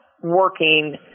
working